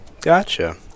Gotcha